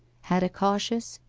had a cautious,